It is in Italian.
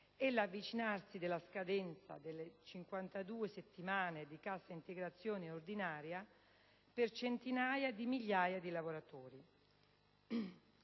e l'avvicinarsi della scadenza delle 52 settimane di cassa integrazione ordinaria per centinaia di migliaia di lavoratori.